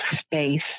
space